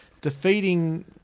defeating